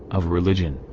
of religion,